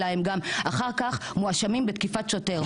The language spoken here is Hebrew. הם גם אחר כך מואשמים בתקיפת שוטר.